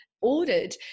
ordered